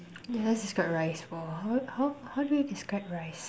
okay let's describe rice bowl how how how do you describe rice